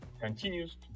continues